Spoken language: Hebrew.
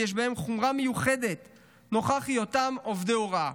ויש בה חומרה מיוחדת נוכח היותם עובדי הוראה.